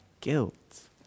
guilt